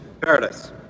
paradise